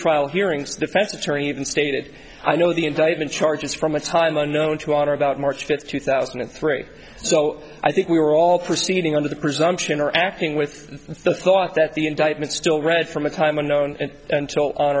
pretrial hearings defense attorney even stated i know the indictment charges from a time unknown to our about march fifth two thousand and three so i think we were all proceeding under the presumption or acting with the thought that the indictment still read from a time unknown until on